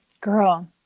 girl